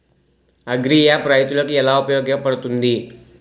Agri app రైతులకి ఏలా ఉపయోగ పడుతుంది?